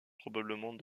probablement